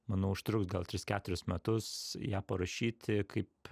manau užtruks gal tris keturis metus ją parašyti kaip